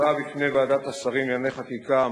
כ-110 בתי-ספר מרשת זו השתתפו בבחינות בעברית ובמתמטיקה בכיתה ה',